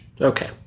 Okay